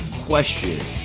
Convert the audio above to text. question